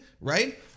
right